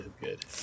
good